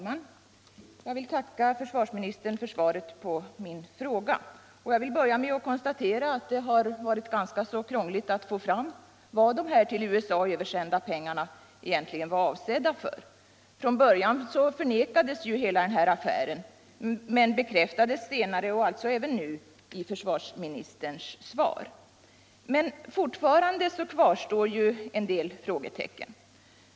Herr talman! Jag tackar försvarsministern för svaret på min fråga. Jag vill till en början konstatera att det har varit ganska krångligt att få fram vad de till USA översända pengarna egentligen var avsedda för. Hela affären förnekades i början men har senare bekräftats — nu också i försvarsministerns svar. Men fortfarande kvarstår en del frågetecken.